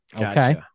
Okay